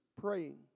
praying